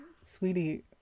Sweetie